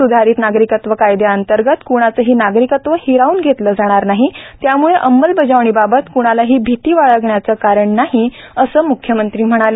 सुधारित नागरिकत्व कायद्यांअंतर्गत क्णाचंही नागरिकत्व हिरावून घेतलं जाणार नाही त्यामुळे अंमजबजाणीबाबत क्णालाही भिती बाळगण्याचं कारण नाही असंही म्ख्यमंत्री म्हणाले